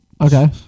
Okay